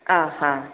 ആ ആ